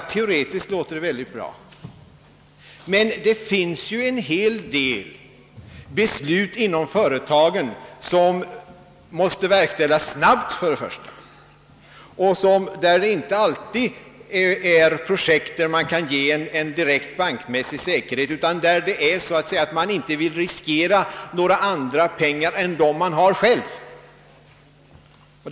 Teoretiskt låter det väldigt bra, men det finns ju en hel del beslut inom företagen som måste verkställas snabbt, och det gäller inte alltid pro jekt, för vilka man kan ge en bankmässig säkerhet. Man vill så att säga inte riskera andra pengar än dem man själv har.